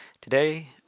Today